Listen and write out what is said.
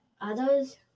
others